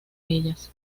ellas